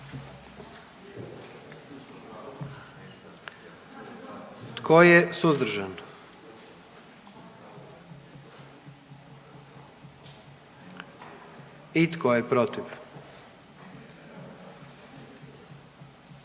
Tko je suzdržan? I tko je protiv?